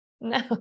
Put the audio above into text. No